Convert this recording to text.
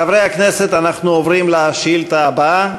חברי הכנסת, אנחנו עוברים לשאילתה הבאה.